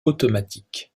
automatique